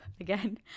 again